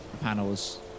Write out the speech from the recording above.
panels